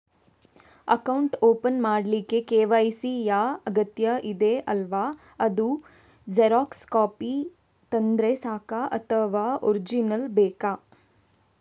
Account open ಮಾಡ್ಲಿಕ್ಕೆ KYC ಯಾ ಅಗತ್ಯ ಇದೆ ಅಲ್ವ ಅದು ಜೆರಾಕ್ಸ್ ಕಾಪಿ ತಂದ್ರೆ ಸಾಕ ಅಥವಾ ಒರಿಜಿನಲ್ ಬೇಕಾ?